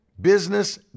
business